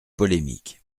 polémique